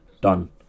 Done